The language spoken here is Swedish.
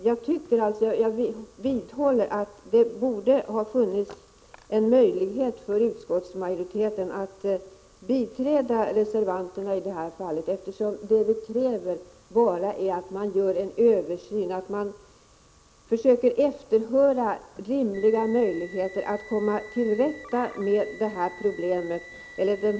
Jag vidhåller att det borde ha funnits en möjlighet för utskottsmajoriteten att i detta fall biträda motionärerna, eftersom vi bara kräver att man gör en översyn för att försöka efterhöra rimliga vägar att komma till rätta med problemet.